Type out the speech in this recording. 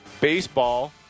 baseball